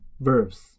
verbs